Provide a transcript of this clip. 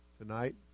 tonight